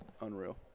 Unreal